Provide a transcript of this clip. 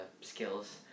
skills